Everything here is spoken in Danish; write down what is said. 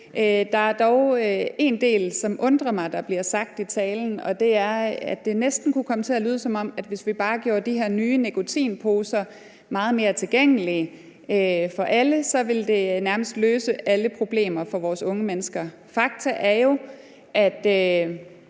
Der er dog noget, der bliver sagt i talen, som undrer mig, og det er, at det næsten kunne komme til at lyde, som om det var sådan, at hvis vi bare gjorde de her nye nikotinposer meget mere tilgængelige for alle, ville det nærmest løse alle problemer for vores unge mennesker. Fakta er jo, at